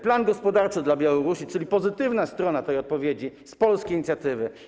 Plan gospodarczy dla Białorusi, czyli pozytywna strona tej odpowiedzi - z polskiej inicjatywy.